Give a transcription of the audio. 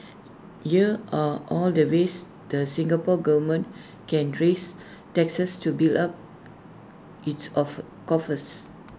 here are all the ways the Singapore Government can raise taxes to build up its offer coffers